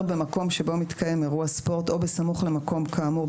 במקום שבו מתקיים אירוע ספורט או בסמוך למקום כאמור,